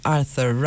Arthur